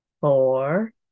four